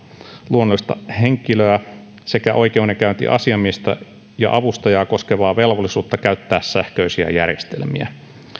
luonnollista henkilöä sekä oikeudenkäyntiasiamiestä ja avustajaa koskevaa velvollisuutta käyttää sähköisiä järjestelmiä